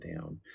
down